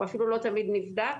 הוא אפילו לא תמיד נבדק.